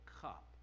cup